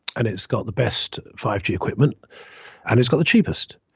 and it's got the best five g equipment and it's got the cheapest.